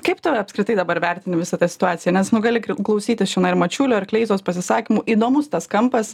kaip tu apskritai dabar vertini visą tą situaciją nes nu gali klausytis čianai ir mačiulio ir kleizos pasisakymų įdomus tas kampas